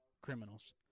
criminals